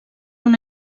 una